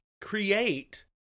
create